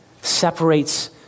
separates